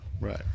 right